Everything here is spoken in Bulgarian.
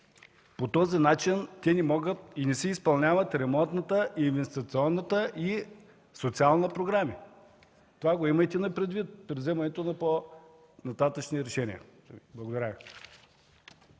По този начин те не могат и не си изпълняват ремонтната, инвестиционната и социалната програми. Това го имайте предвид при вземането на по-нататъшни решения. Благодаря